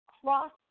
cross